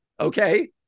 okay